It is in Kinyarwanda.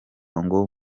ngo